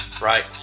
Right